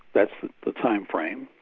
that's the time frame.